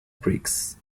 prix